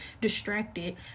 distracted